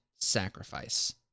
Sacrifice